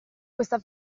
questa